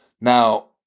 Now